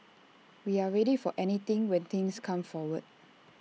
we're ready for anything when things come forward